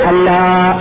Allah